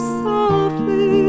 softly